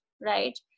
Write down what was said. right